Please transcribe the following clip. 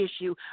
issue